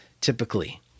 typically